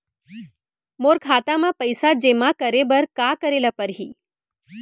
मोर खाता म पइसा जेमा करे बर का करे ल पड़ही?